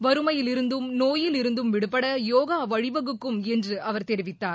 வறுமையிலிருந்தும் நோயில் இருந்தும் விடுபட யோகா வழிவகுக்கும் என்று அவர் தெரிவித்தார்